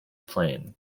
plain